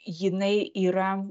jinai yra